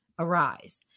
arise